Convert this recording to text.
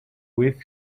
with